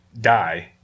die